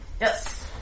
yes